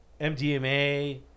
MDMA